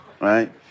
right